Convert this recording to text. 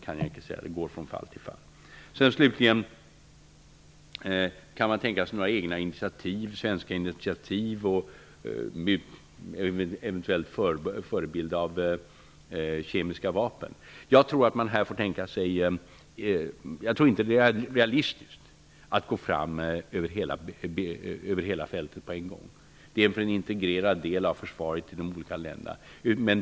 Det skiljer sig från fall till fall. Christina Linderholm frågade om man kan tänka sig några svenska initiativ och om det finns skäl att dra paralleller med förbudet av kemiska vapen. Jag tror inte att det är realistiskt att gå fram över hela fältet på en gång. Det är en integrerad del av försvaret i de olika länderna.